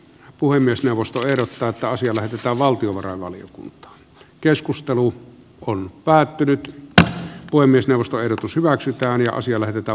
puhemiesneuvosto ehdottaa että asia lähetetään valtiovarainvaliokuntaan keskustelu on päättynyt mutta voimistelusta ehdotus hyväksytään ja asia lähetetään